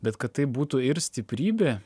bet kad taip būtų ir stiprybė